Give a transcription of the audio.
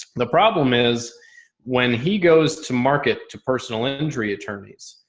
the problem is when he goes to market to personal injury attorneys,